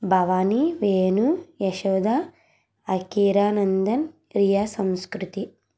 భవాని వేణు యశోద అకీరానందన్ రియా సంస్కృతి